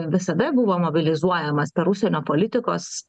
visada buvo mobilizuojamas per užsienio politikos